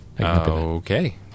Okay